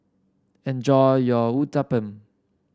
enjoy your Uthapam